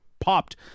popped